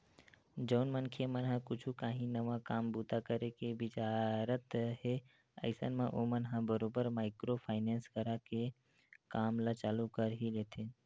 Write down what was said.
जउन मनखे मन ह कुछ काही नवा काम बूता करे के बिचारत हे अइसन म ओमन ह बरोबर माइक्रो फायनेंस करा के काम ल चालू कर ही लेथे